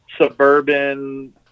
suburban